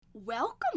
Welcome